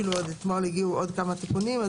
אפילו אתמול הגיעו עוד כמה תיקונים.